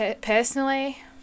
personally